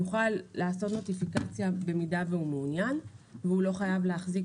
יוכל לעשות נוטיפיקציה במידה והוא מעוניין והוא לא חייב להחזיק